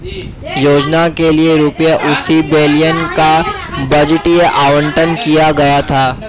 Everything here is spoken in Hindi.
योजना के लिए रूपए अस्सी बिलियन का बजटीय आवंटन किया गया था